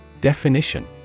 Definition